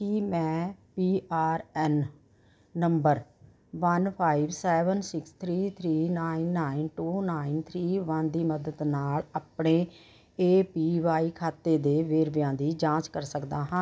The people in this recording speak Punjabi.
ਕੀ ਮੈਂ P R A N number one five seven six three three nine nine two nine three one ਦੀ ਮਦਦ ਨਾਲ ਆਪਣੇ ਏ ਪੀ ਵਾਈ ਖਾਤੇ ਦੇ ਵੇਰਵਿਆਂ ਦੀ ਜਾਂਚ ਕਰ ਸਕਦਾ ਹਾਂ